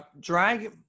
drag